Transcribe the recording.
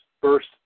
first